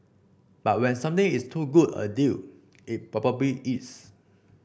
but when something is too good a deal it probably is